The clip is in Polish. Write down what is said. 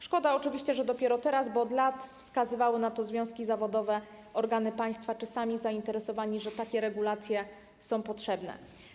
Szkoda oczywiście, że dopiero teraz, bo od lat wskazywały na to związki zawodowe, organy państwa czy sami zainteresowani, że takie regulacje są potrzebne.